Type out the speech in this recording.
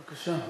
בבקשה.